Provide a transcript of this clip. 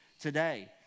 today